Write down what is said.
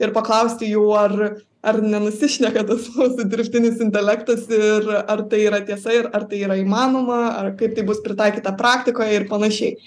ir paklausti jų ar ar nenusišneka tas mūsų dirbtinis intelektas ir ar tai yra tiesa ir ar tai yra įmanoma ar kaip tai bus pritaikyta praktikoje ir panašiai